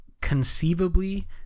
conceivably